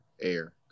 air